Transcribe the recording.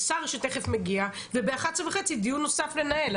שר שתכף מגיע וב־11:30 דיון נוסף לנהל.